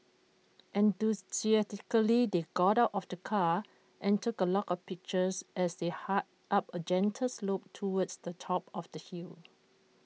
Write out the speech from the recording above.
enthusiastically they got out of the car and took A lot of pictures as they hiked up A gentle slope towards the top of the hill